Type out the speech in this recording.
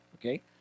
okay